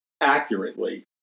accurately